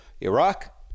Iraq